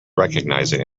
recognizing